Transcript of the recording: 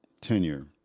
tenure